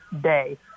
day